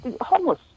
homeless